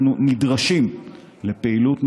אנחנו נדרשים לפעילות נחושה,